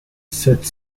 sept